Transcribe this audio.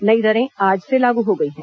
नई दरें आज से लागू हो गई हैं